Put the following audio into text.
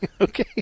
okay